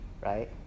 right